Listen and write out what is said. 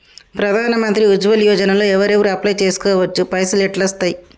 ప్రధాన మంత్రి ఉజ్వల్ యోజన లో ఎవరెవరు అప్లయ్ చేస్కోవచ్చు? పైసల్ ఎట్లస్తయి?